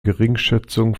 geringschätzung